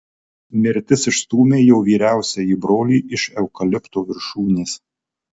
mirtis išstūmė jo vyriausiąjį brolį iš eukalipto viršūnės